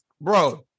Bro